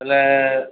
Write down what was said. ହେଲେ